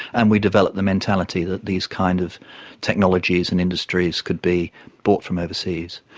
and we developed the mentality that these kind of technologies and industries could be bought from overseas.